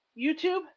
YouTube